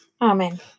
Amen